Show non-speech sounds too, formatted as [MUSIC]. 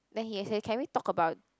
then he [NOISE] say can we talk about